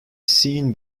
seen